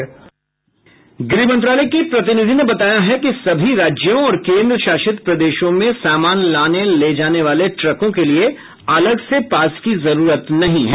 गृह मंत्रालय की प्रतिनिधि ने बताया है कि सभी राज्यों और केन्द्रशासित प्रदेशों में सामान लाने ले जाने वाले ट्रकों के लिए अलग से पास की जरूरत नहीं है